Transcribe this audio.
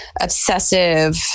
obsessive